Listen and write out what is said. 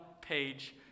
page